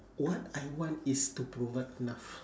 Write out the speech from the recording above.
what I want is to provide enough